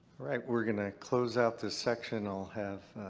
all right. we're going to close out this section. i'll have